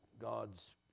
God's